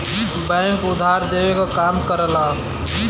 bank उधार देवे क काम करला